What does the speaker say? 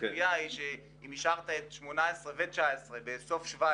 הציפייה היא שאם אישרת את 2018 ואת 2019 בסוף 2017